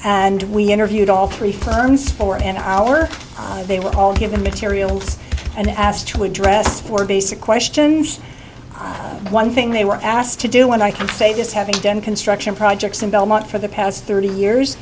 and we interviewed all three fronts for an hour they were all given materials and asked to address four basic questions one thing they were asked to do and i can say this having done construction projects in belmont for the past thirty years